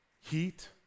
Heat